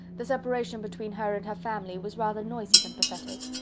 the separation between her and her family was rather noisy than pathetic.